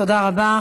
תודה רבה.